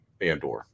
Andor